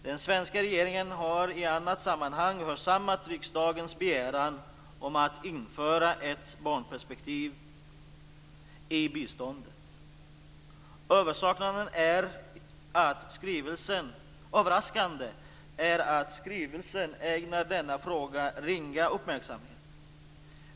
Den svenska regeringen har i annat sammanhang hörsammat riksdagens begäran om att införa ett barnperspektiv i biståndet. Överraskande är att skrivelsen ägnar denna fråga ringa uppmärksamhet.